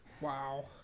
wow